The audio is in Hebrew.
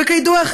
וכידוע,